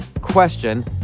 question